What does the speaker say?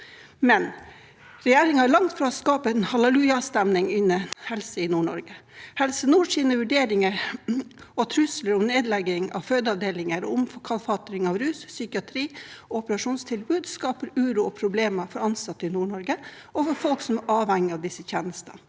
Men regjeringen er langt fra å skape en hallelujastemning innen helse i Nord-Norge. Helse nords vurderinger og trusler om nedlegging av fødeavdelinger og omkalfatring av rus, psykiatri og operasjonstilbud skaper uro og problemer for ansatte i Nord-Norge og for folk som er avhengige av disse tjenestene.